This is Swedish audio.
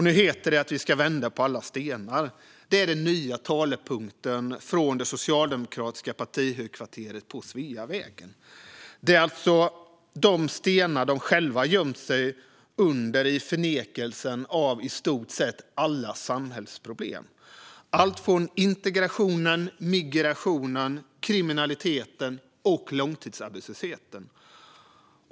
Nu heter det att vi ska vända på alla stenar. Det är den nya talepunkten från det socialdemokratiska partihögkvarteret på Sveavägen. Det är alltså de stenar som de själva har gömt sig under i förnekelse av i stort alla samhällsproblem - allt från integrationen och migrationen till kriminaliteten och långtidsarbetslösheten.